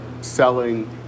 selling